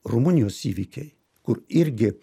rumunijos įvykiai kur irgi